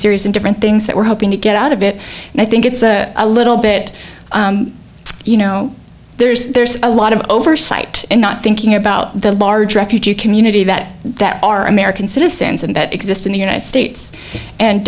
series and different things that we're hoping to get out of it and i think it's a little bit you know there's there's a lot of oversight and not thinking about the large refugee community that that are american citizens and that exist in the united states and